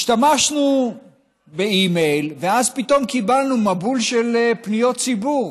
השתמשנו באימייל ואז פתאום קיבלנו מבול של פניות ציבור,